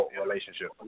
relationship